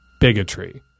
bigotry